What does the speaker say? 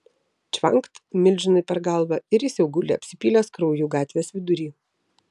čvankt milžinui per galvą ir jis jau guli apsipylęs krauju gatvės vidury